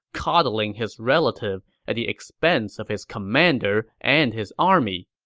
coddling his relative at the expense of his commander and his army.